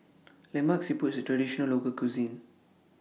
Lemak Siput IS A Traditional Local Cuisine